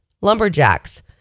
lumberjacks